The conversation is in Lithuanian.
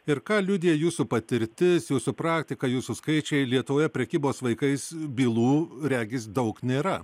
ir ką liudija jūsų patirtis jūsų praktika jūsų skaičiai lietuvoje prekybos vaikais bylų regis daug nėra